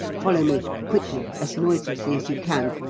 follow me quickly, as noiselessly as you can.